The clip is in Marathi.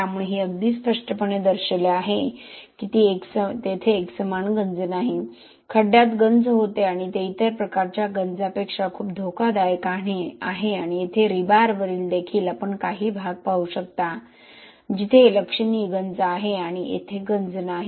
त्यामुळे हे अगदी स्पष्टपणे दर्शविले आहे की ते एकसमान गंज नाही खड्ड्यात गंज होते आणि ते इतर प्रकारच्या गंजांपेक्षा खूप धोकादायक आहे आणि येथे रीबारवर देखील आपण काही भागपाहू शकता जिथे लक्षणीय गंज आहे आणि येथे गंज नाही